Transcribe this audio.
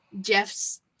Jeff's